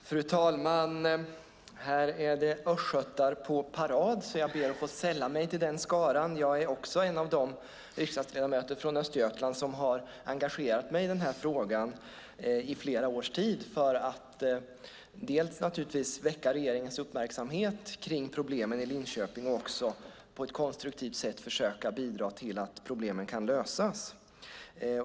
Fru talman! Här är det östgötar på parad, så jag ber att få sälla mig till den skaran. Jag är också en av de riksdagsledamöter från Östergötland som har engagerat mig i den här frågan i flera års tid, dels naturligtvis för att väcka regeringens uppmärksamhet kring problemen i Linköping, dels för att på ett konstruktivt sätt försöka bidra till att problemen kan lösas.